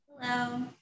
Hello